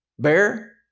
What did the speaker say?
Bear